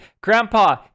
Grandpa